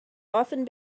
often